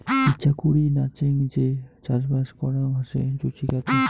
ইচাকুরি নাচেঙ যে চাষবাস করাং হসে জুচিকাতে